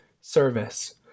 service